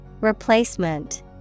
Replacement